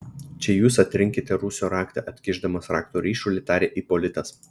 čia jūs atrinkite rūsio raktą atkišdamas raktų ryšulį tarė ipolitas